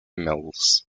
mills